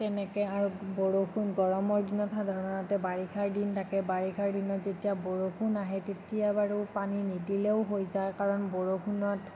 তেনেকে আৰু বৰষুণ গৰমৰ দিনত সাধাৰণতে বাৰিষাৰ দিন থাকে বাৰিষাৰ দিনত যেতিয়া বৰষুণ আহে তেতিয়া বাৰু পানী নিদিলেও হৈ যায় কাৰণ বৰষুণত